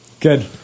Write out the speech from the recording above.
Good